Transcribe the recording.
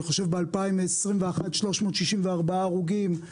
בשנת 2021, אני